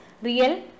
real